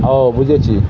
ও বুঝেছি